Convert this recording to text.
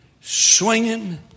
Swinging